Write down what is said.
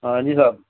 ہاں جی صاحب